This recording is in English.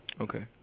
Okay